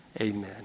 Amen